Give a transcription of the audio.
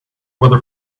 weather